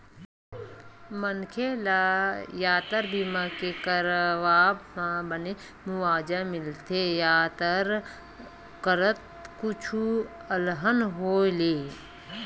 मनखे मन ल यातर बीमा के करवाब म बने मुवाजा मिलथे यातर करत कुछु अलहन होय ले